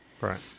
right